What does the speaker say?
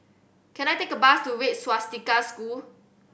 can I take a bus to Red Swastika School